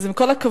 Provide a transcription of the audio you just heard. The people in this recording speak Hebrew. אז עם כל הכבוד,